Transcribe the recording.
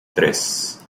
tres